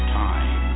time